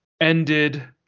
ended